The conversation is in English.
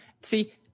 see